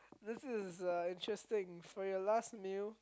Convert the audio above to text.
this is interesting for your last meal